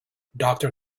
doctor